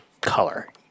color